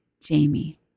Jamie